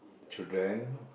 children